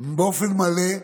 באופן מלא.